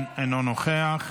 אינו נוכח,